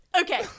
Okay